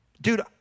dude